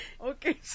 Okay